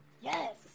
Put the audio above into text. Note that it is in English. Yes